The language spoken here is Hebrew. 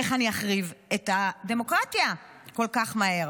איך אני אחריב את הדמוקרטיה כל כך מהר?